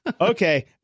Okay